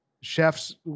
chefs